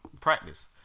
practice